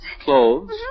Clothes